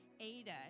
Ada